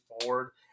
forward